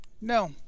No